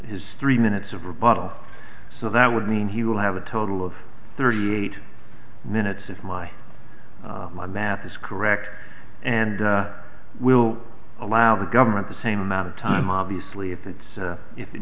his three minutes of rebuttal so that would mean he will have a total of thirty eight minutes of my my math is correct and will allow the government the same amount of time obviously if it's if it